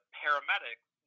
paramedics